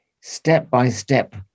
step-by-step